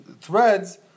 threads